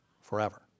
forever